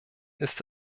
ist